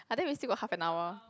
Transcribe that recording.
I think we still got half an hour